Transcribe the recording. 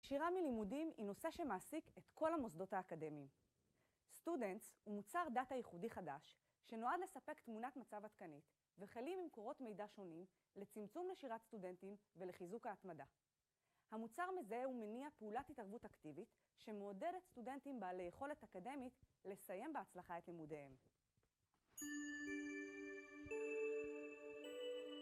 שירה מלימודים היא נושא שמעסיק את כל המוסדות האקדמיים. Students הוא מוצר דאטה ייחודי חדש, שנועד לספק תמונת מצב עדכנית, וחילים ממקורות מידע שונים לצמצום נשירת סטודנטים ולחיזוק ההתמדה. המוצר מזה הוא מניע פעולת התערבות אקטיבית, שמעודדת סטודנטים בעל היכולת אקדמית לסיים בהצלחה את לימודיהם.